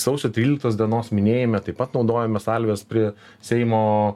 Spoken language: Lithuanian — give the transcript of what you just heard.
sausio tryliktos dienos minėjime taip pat naudojome salves prie seimo